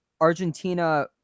Argentina